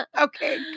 Okay